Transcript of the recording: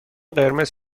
قرمز